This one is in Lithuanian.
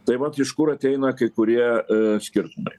tai vat iš kur ateina kai kurie skirtumai